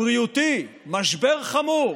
הבריאותי, משבר חמור.